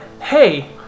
Hey